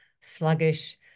sluggish